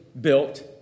built